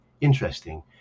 interesting